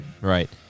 Right